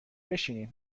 بشینین